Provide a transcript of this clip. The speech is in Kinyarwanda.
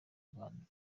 rwanda